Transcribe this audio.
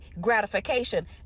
gratification